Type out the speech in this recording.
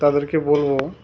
তাদেরকে বলব